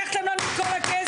לקחתם לנו את כל הכסף,